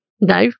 No